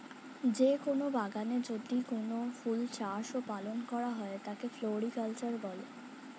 যে কোন বাগানে যদি কোনো ফুল চাষ ও পালন করা হয় তাকে ফ্লোরিকালচার বলে